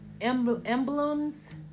emblems